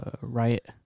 riot